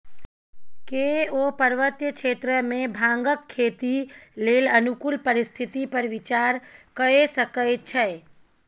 केओ पर्वतीय क्षेत्र मे भांगक खेती लेल अनुकूल परिस्थिति पर विचार कए सकै छै